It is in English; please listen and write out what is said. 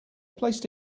placed